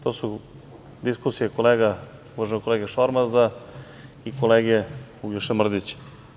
To su diskusije uvaženog kolege Šormaza i kolege Uglješe Mrdića.